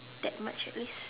that much at least